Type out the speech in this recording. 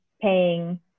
paying